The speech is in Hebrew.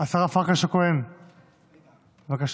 השרה פרקש הכהן, בבקשה.